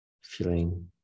feeling